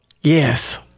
Yes